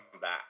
back